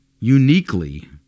uniquely